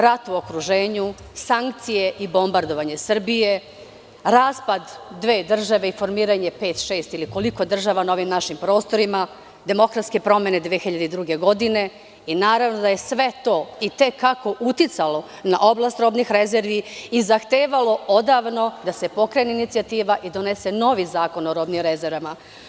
Rat u okruženju, sankcije i bombardovanje Srbije, raspad dve države i formiranje pet, šest ili koliko država na ovim našim prostorima, demokratske promene 2002. godine i naravno da je sve to i te kako uticalo na oblast robnih rezervi i zahtevalo odavno da se pokrene inicijativa i donese novi zakon o robnim rezervama.